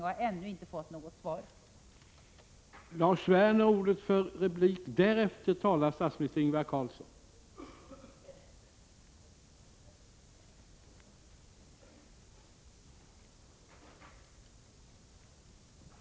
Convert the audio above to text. Jag har ännu inte fått något svar på denna fråga.